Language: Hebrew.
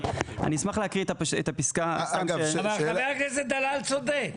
אני אשמח להקריא את הפסקה --- חבר הכנסת דלל צודק.